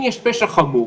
אם יש פשע חמור